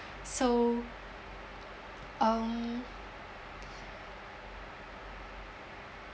so um